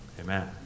Amen